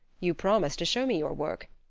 you promised to show me your work.